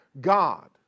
God